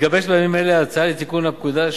מתגבשת בימים אלה הצעה לתיקון הפקודה,